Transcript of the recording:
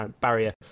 barrier